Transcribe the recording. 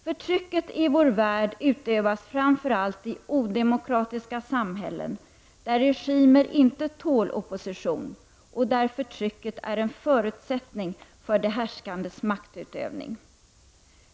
Förtrycket i vår värld utövas framför allt i odemokratiska samhällen, där regimer inte tål opposition och där förtrycket är en förutsättning för de härskandes maktutövning.